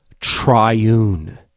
triune